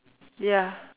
ya